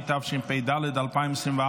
התשפ"ד 2024,